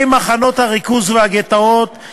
זהבה גלאון, לפרוטוקול.